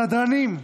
סדרנים,